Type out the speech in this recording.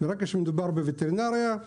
ברגע שמדובר בווטרינריה,